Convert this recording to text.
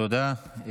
תודה.